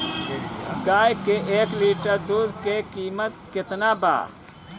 गाय के एक लीटर दूध के कीमत केतना बा?